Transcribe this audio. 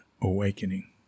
awakening